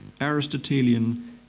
Aristotelian